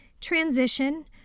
transition